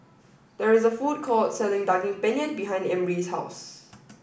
there is a food court selling Daging Penyet behind Emry's house